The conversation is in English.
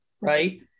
right